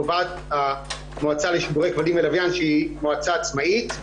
קובעת המועצה לשידורי כבלים ולוויין שהיא מועצה עצמאית,